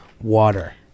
water